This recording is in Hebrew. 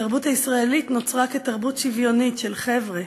התרבות הישראלית נוצרה כתרבות שוויונית של חבר'ה,